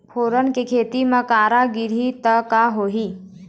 फोरन के खेती म करा गिरही त का होही?